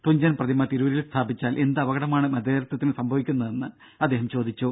തുഞ്ചൻ പ്രതിമ തിരൂരിൽ സ്ഥാപിച്ചാൽ എന്ത് അപകടമാണ് മതേതരത്വത്തിന് സംഭവിക്കുന്നതെന്ന് അദ്ദേഹം ചോദിച്ചു